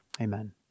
Amen